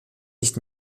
nicht